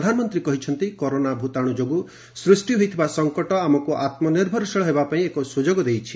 ପ୍ରଧାନମନ୍ତ୍ରୀ କହିଛନ୍ତି କରୋନା ଭ୍ତାଣୁ ଯୋଗୁଁ ସୃଷ୍ଟି ହୋଇଥିବା ସଂକଟ ଆତ୍କନିର୍ଭରଶୀଳ ହେବା ପାଇଁ ଏକ ସୁଯୋଗ ଦେଇଛି